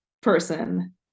person